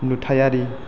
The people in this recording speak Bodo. नुथायारि